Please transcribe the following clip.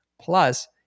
Plus